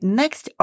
next